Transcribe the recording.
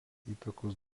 įtakos